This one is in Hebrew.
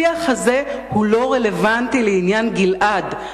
השיח הזה הוא לא רלוונטי לעניין גלעד.